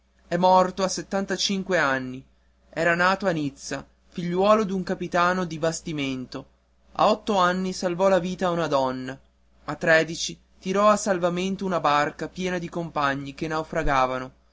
è morto a settantacinque anni era nato a nizza figliuolo d'un capitano di bastimento a otto anni salvò la vita a una donna a tredici tirò a salvamento una barca piena di compagni che naufragavano